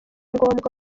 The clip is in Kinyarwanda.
ngombwa